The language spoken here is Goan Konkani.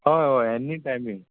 हय हय एनी टायमींग